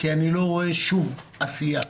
שום עשייה,